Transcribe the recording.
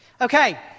Okay